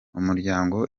umuryango